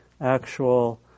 actual